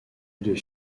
deux